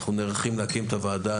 אנחנו נערכים להקים את הוועדה,